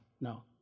No